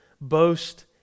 boast